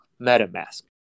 MetaMask